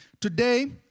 Today